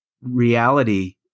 reality